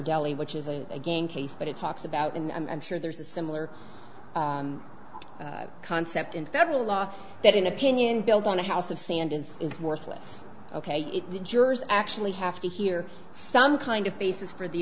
jelly which is again case but it talks about and i'm sure there's a similar concept in federal law that an opinion built on a house of sand is is worthless ok if the jurors actually have to hear some kind of basis for the